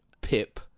Pip